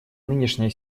нынешняя